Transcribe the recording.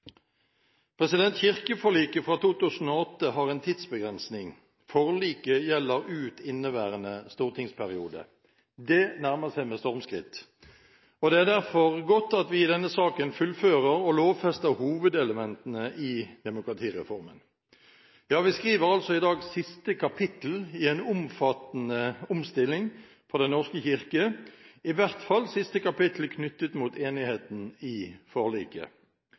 Kirkeforliket fra 2008 har en tidsbegrensning – forliket gjelder ut inneværende stortingsperiode. Det nærmer seg med stormskritt, og det er derfor godt at vi i denne saken fullfører og lovfester hovedelementene i demokratireformen. Vi skriver altså i dag siste kapittel i en omfattende omstilling for Den norske kirke, i hvert fall siste kapittel knyttet til enigheten i forliket.